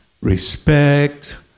respect